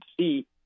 see